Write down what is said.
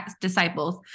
disciples